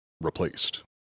replaced